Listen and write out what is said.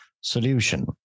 solution